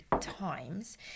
Times